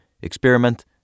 experiment